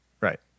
Right